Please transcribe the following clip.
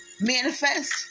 manifest